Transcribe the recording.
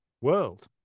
world